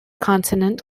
consonant